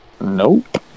Nope